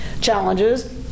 challenges